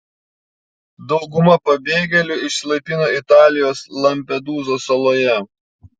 dauguma pabėgėlių išsilaipino italijos lampedūzos saloje